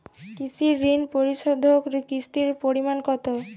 কৃষি ঋণ পরিশোধের কিস্তির পরিমাণ কতো?